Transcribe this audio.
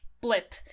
blip